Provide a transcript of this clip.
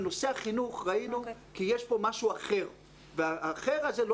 בנושא החינוך ראינו כי יש פה משהו אחר והאחר זה לא